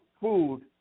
food